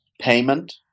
payment